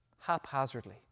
haphazardly